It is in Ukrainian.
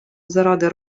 заради